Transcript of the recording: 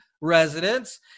residents